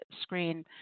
screen